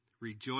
rejoice